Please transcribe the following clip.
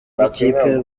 bw’ikipe